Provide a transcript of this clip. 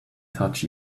touch